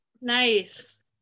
nice